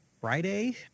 Friday